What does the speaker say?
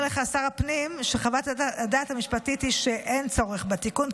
אומר לך שר הפנים שחוות הדעת המשפטית היא שאין צורך בתיקון,